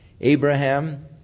Abraham